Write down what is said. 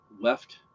Left